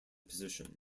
position